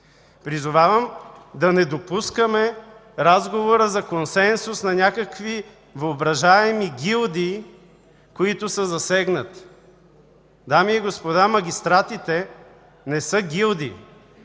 Призовавам да не допускаме разговора за консенсус на някакви въображаеми гилдии, които са засегнати. Дами и господа, магистратите не са „гилдии”.